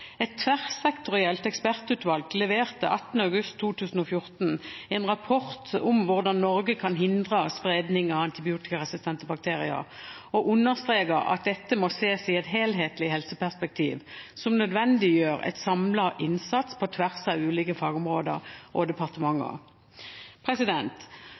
Et tverrsektorielt ekspertutvalg leverte 18. august 2014 en rapport om hvordan Norge kan hindre spredning av antibiotikaresistente bakterier, og understreker at dette må ses i et helhetlig helseperspektiv som nødvendiggjør en samlet innsats på tvers av ulike fagområder og departementer.